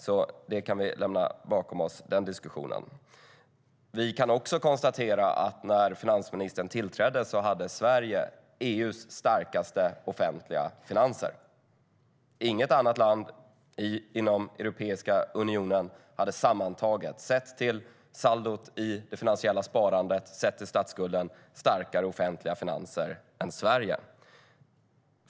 Den diskussionen kan vi alltså lämna bakom oss. Vi kan också konstatera att Sverige hade EU:s starkaste offentliga finanser när finansministern tillträdde. Inget annat land inom Europeiska unionen hade sammantaget, sett till saldot i det finansiella sparandet och sett till statsskulden, starkare offentliga finanser än Sverige.